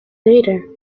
later